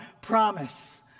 promise